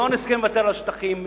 לא נסכים לוותר על שטחים,